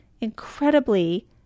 incredibly